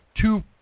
two